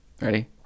Ready